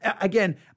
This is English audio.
Again